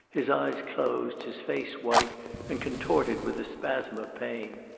his eyes closed, his face white and contorted with a spasm of pain.